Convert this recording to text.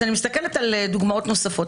אני מסתכלת על דוגמאות נוספות,